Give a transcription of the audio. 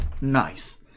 Nice